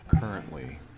currently